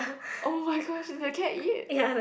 oh my gosh did the the cat eat